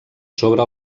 sobre